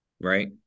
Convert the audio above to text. right